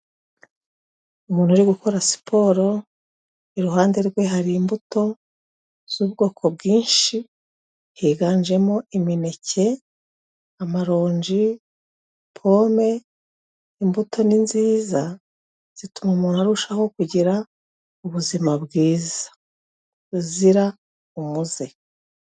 Umuntu uri gukora siporo iruhande rwe hari imbuto z'ubwoko bwinshi, higanjemo imineke, amaronji, pome, imbuto niziza zituma umuntu arushaho kugira ubuzima bwiza buzira umuze.